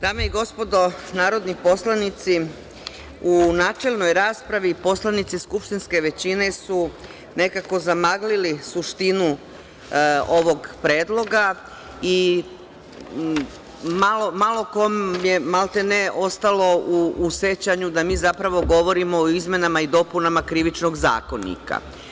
Dame i gospodo narodni poslanici, u načelnoj raspravi poslanici skupštinske većine su nekako zamaglili suštinu ovog predloga i malo kom je maltene ostalo u sećanju da mi zapravo govorimo o izmenama i dopunama Krivičnog zakonika.